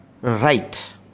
right